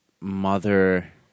mother